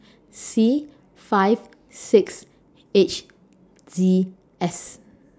C five six H Z S